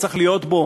צריך להיות בו